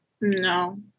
No